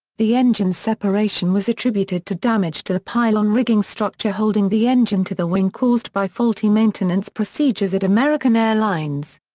the engine separation was attributed to damage to the pylon rigging structure holding the engine to the wing caused by faulty maintenance procedures at american airlines.